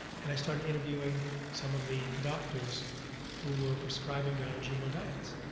and i started interviewing some of the doctors who were prescribing non-gmo diets.